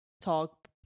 talk